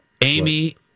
Amy